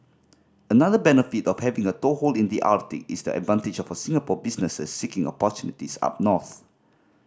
another benefit of having a toehold in the Arctic is the advantage for Singapore businesses seeking opportunities up north